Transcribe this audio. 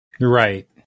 Right